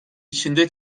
içinde